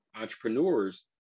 entrepreneurs